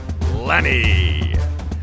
Lanny